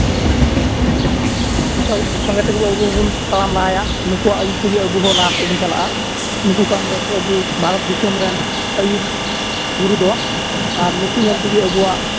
ᱥᱚᱸ ᱥᱚᱸᱜᱮ ᱛᱮᱜᱮ ᱟᱵᱚ ᱦᱚᱸᱵᱚᱱ ᱛᱟᱲᱟᱢ ᱞᱟᱦᱟᱭᱟ ᱱᱩᱠᱩᱣᱟᱜ ᱟᱹᱭᱩᱨ ᱛᱮᱜᱮ ᱟᱵᱚ ᱦᱚᱸ ᱞᱟᱦᱟ ᱥᱮᱫ ᱵᱚᱱ ᱪᱟᱞᱟᱜᱼᱟ ᱱᱩᱠᱩ ᱠᱟᱱ ᱜᱮᱭᱟ ᱠᱚ ᱟᱵᱚ ᱵᱷᱟᱨᱚᱛ ᱫᱤᱥᱚᱢ ᱨᱮᱱ ᱟᱹᱭᱩᱨ ᱜᱩᱨᱩ ᱫᱚ ᱟᱨ ᱱᱩᱠᱩ ᱧᱮᱞ ᱛᱮᱜᱮ ᱟᱵᱚᱣᱟᱜ